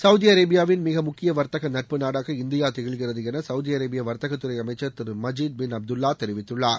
Saudi அரேபியாவின் மிக முக்கிய வர்த்தக நட்பு நாடாக இந்தியா திகழ்கிறது என கவுதி அரேபிய வர்த்தகத்துறை அமைச்சர் திரு மஜீத் பின் அப்துல்வா தெரிவித்துள்ளார்